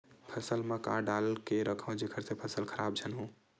फसल म का डाल के रखव जेखर से फसल खराब झन हो?